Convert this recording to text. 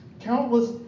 countless